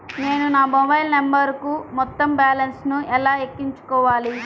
నేను నా మొబైల్ నంబరుకు మొత్తం బాలన్స్ ను ఎలా ఎక్కించుకోవాలి?